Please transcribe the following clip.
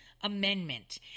amendment